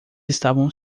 estavam